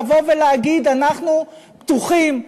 לבוא ולהגיד: אנחנו פתוחים,